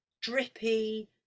drippy